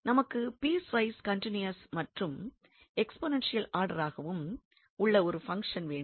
நமக்கு piecewise continuous மற்றும் exponential ஆர்டராகவும் உள்ள ஒரு பங்ஷன் வேண்டும்